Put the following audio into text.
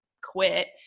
quit